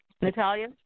Natalia